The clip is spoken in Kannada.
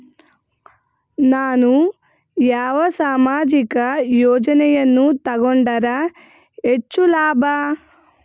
ನಾನು ಯಾವ ಸಾಮಾಜಿಕ ಯೋಜನೆಯನ್ನು ತಗೊಂಡರ ಹೆಚ್ಚು ಲಾಭ?